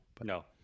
No